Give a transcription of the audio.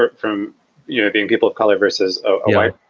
ah from yeah being people of color versus ah white,